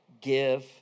give